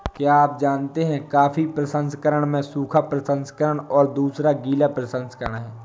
क्या आप जानते है कॉफ़ी प्रसंस्करण में सूखा प्रसंस्करण और दूसरा गीला प्रसंस्करण है?